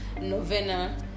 novena